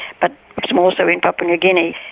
but it's more so in papua new guinea.